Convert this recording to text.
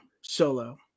Solo